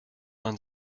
man